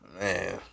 man